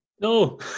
No